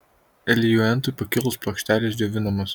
eliuentui pakilus plokštelės džiovinamos